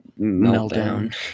meltdown